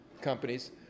companies